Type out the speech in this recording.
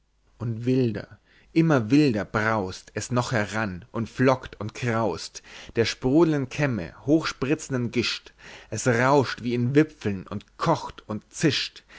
und wilder immer wilder braust es noch heran und flockt und kraust der sprudelnden kämme hochspritzenden gischt es rauscht wie in wipfeln und kocht und zischt